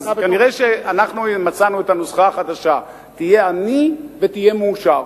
אז כנראה מצאנו את הנוסחה החדשה: תהיה עני ותהיה מאושר,